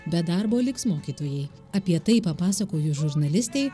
be darbo liks mokytojai apie tai papasakoju žurnalistei